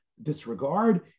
disregard